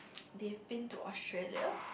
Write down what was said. they've been to Australia